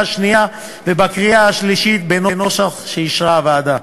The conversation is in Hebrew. השנייה ובקריאה השלישית בנוסח שאישרה הוועדה.